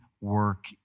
work